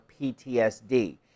PTSD